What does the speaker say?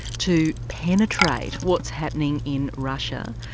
to penetrate what's happening in russia,